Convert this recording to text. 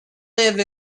live